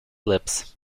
lips